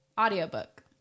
audiobook